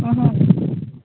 ꯍꯣꯏ ꯍꯣꯏ